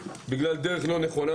בגלל דרך טקטית לא נכונה.